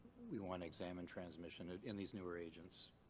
we want to examine transmission in these newer agents.